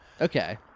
okay